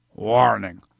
Warning